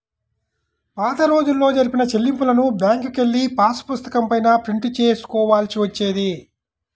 పాతరోజుల్లో జరిపిన చెల్లింపులను బ్యేంకుకెళ్ళి పాసుపుస్తకం పైన ప్రింట్ చేసుకోవాల్సి వచ్చేది